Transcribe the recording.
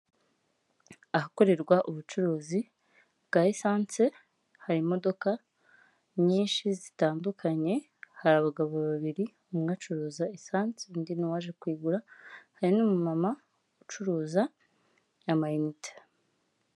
Ahakorerwa ubucuruzi bwa esanse, hari imodoka nyinshi zitandukanye. Hari abagabo babiri umwe acuruza esanse undi ni uwaje kuyigura, hari n'umumama ucuruza na ama inite.